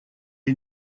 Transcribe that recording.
est